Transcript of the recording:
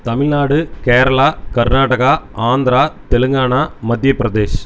Tamil Nadu Kerala Karnataka Andhra Telangana Madhya Pradesh